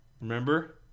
Remember